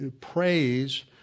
praise